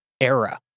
era